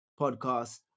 podcast